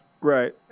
Right